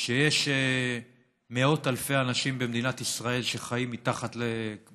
שיש מאות אלפי אנשים במדינת ישאל שחיים בעוני,